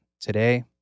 today